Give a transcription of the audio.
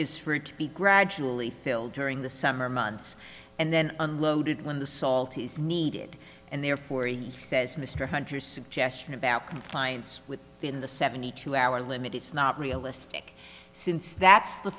is for it to be gradually filled during the summer months and then unloaded when the salt is needed and therefore he says mr hunter suggestion about compliance with the in the seventy two hour limit is not realistic since that's the